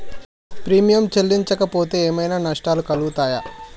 Premium చెల్లించకపోతే ఏమైనా నష్టాలు కలుగుతయా?